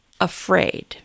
afraid